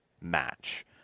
match